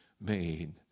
made